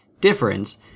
difference